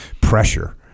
pressure